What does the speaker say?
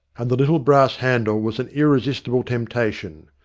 and the little brass handle was an irresistible temptation.